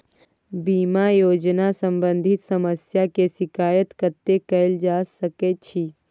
बीमा योजना सम्बंधित समस्या के शिकायत कत्ते कैल जा सकै छी?